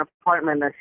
apartment